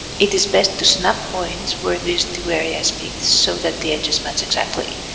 it is best to snap points where these two areas meet so that the edges match exactly,